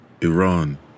Iran